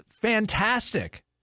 Fantastic